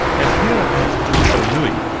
and here at tawharanui,